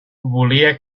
volia